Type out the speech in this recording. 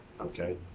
okay